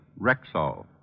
Rexall